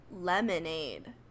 lemonade